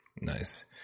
Nice